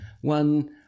One